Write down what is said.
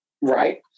Right